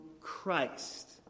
Christ